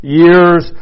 years